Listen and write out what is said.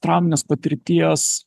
trauminės patirties